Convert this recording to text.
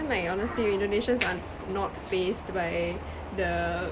like honestly indonesians are not fazed by the